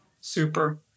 Super